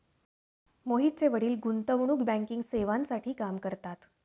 मोहितचे वडील गुंतवणूक बँकिंग सेवांसाठी काम करतात